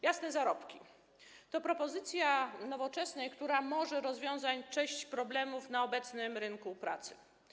Jasne zarobki - to propozycja Nowoczesnej, która może rozwiązać część problemów na obecnym rynku pracy.